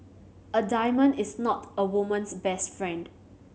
a diamond is not a woman's best friend